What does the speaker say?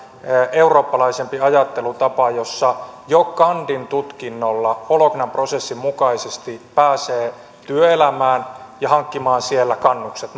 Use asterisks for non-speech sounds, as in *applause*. eurooppalaisempi ajattelutapa jossa jo kandintutkinnolla bolognan prosessin mukaisesti pääsee työelämään ja hankkimaan siellä kannukset *unintelligible*